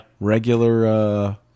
regular